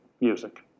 music